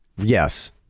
yes